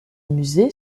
musée